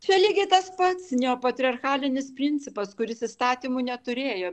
čia lygiai tas pats neopatriarchalinis principas kuris įstatymų neturėjo